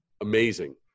amazing